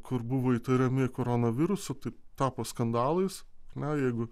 kur buvo įtariami koronavirusu tai tapo skandalais ar ne jeigu